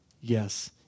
Yes